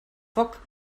foc